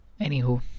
Anywho